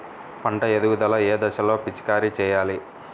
పంట ఎదుగుదల ఏ దశలో పిచికారీ చేయాలి?